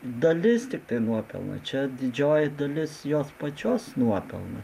dalis tiktai nuopelno čia didžioji dalis jos pačios nuopelnas